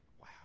Wow